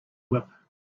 whip